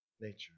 nature